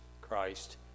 Christ